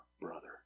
brother